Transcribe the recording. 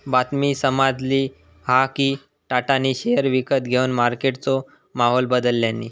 बातमी समाजली हा कि टाटानी शेयर विकत घेवन मार्केटचो माहोल बदलल्यांनी